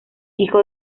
hijo